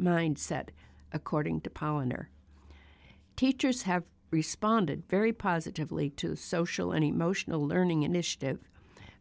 mindset according to pollen or teachers have responded very positively to social and emotional learning initiative